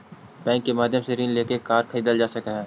bank के माध्यम से ऋण लेके कार खरीदल जा सकऽ हइ